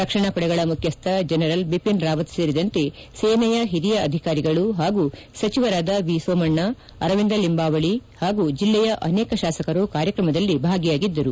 ರಕ್ಷಣಾ ಪಡೆಗಳ ಮುಖ್ಯಸ್ತ ಜನರಲ್ ಬಿಟಿನ್ ರಾಮತ್ ಸೇರಿದಂತೆ ಸೇನೆಯ ಹಿರಿಯ ಅಧಿಕಾರಿಗಳು ಹಾಗೂ ಸಚಿವರಾದ ವಿಸೋಮಣ್ಣ ಅರವಿಂದ ಲಿಂಬಾವಳಿ ಜಿಲ್ಲೆಯ ಅನೇಕ ಶಾಸಕರು ಕಾರ್ಯಕ್ರಮದಲ್ಲಿ ಭಾಗಿಯಾಗಿದ್ದರು